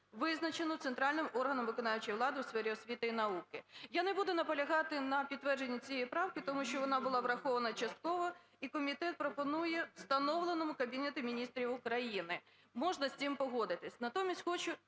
визначеному центральним органом виконавчої влади у сфері освіти і науки". Я не буду наполягати на підтвердженні цієї правки, тому що вона була врахована частково, і комітет пропонує: "…встановленому Кабінетом Міністрів України". Можна з цим погодитися. Натомість хочу